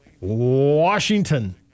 Washington